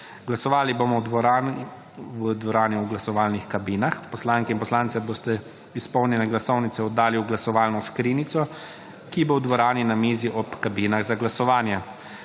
Glasovali bomo v dvorani v glasovalnih kabinah. Poslanke in poslanci boste izpolnjene glasovnice oddali v glasovalno skrinjico, ki bo v dvorani na mizi ob kabinah za glasovanje.